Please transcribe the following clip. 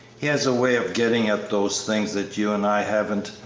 he has a way of getting at those things that you and i haven't,